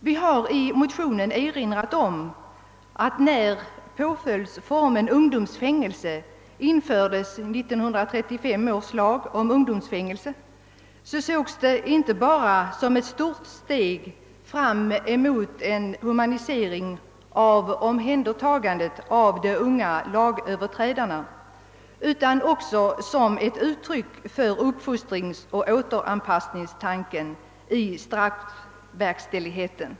Vi har i motionen erinrat om att när påföljdsformen ungdomsfängelse infördes genom 1935 års lag om ungdomsfängelse, ansågs det inte bara som ett stort steg fram emot en humanisering av omhändertagandet av de unga lagöverträdarna, utan också som ett uttryck för uppfostringsoch återanpassningstanken i straffverkställigheten.